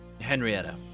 Henrietta